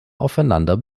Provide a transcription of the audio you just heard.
aufeinander